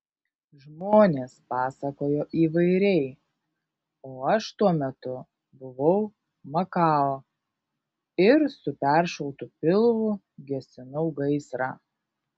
žmonės pasakojo įvairiai o aš tuo metu buvau makao ir su peršautu pilvu gesinau gaisrą